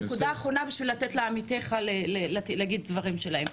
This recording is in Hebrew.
נקודה אחרונה בשביל לתת לעמיתך להגיד את הדברים שלהם,